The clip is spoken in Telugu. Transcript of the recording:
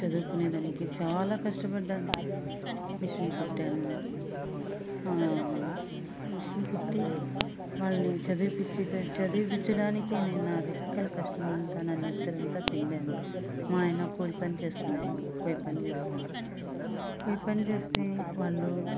చదువుకునేదానికి చాల కష్టపడ్డాను మిషన్ కుట్టాను మిషన్ కుట్టి వాళ్ళని చదివిపిచ్చి చదివిపిచ్చడానికే నా రెక్కల కష్టమంతా నా నెత్తర అంతా పిండాను మా ఆయన కూలి పని చేసుకునే ఆయన పోయ్ పని చేస్తాడు పోయ్ పని చేస్తే వాళ్ళు